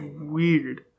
weird